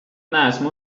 neesmu